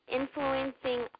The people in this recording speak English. influencing